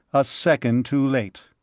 a second too late.